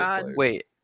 Wait